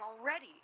already